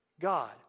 God